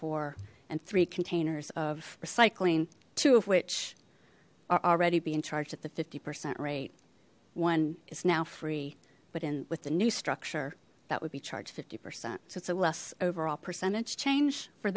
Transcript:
for and three containers of recycling two of which are already being charged at the fifty percent rate one is now free but in with the new structure that would be charged fifty percent so it's a less overall percentage change for